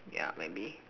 yeah maybe